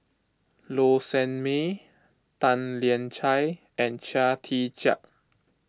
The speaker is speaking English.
Low Sanmay Tan Lian Chye and Chia Tee Chiak